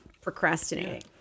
procrastinating